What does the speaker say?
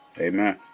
Amen